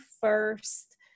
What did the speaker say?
first